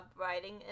writing